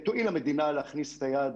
תואיל המדינה להכניס את היד